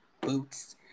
boots